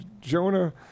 jonah